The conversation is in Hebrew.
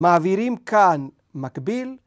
מעבירים כאן מקביל.